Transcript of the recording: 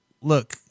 look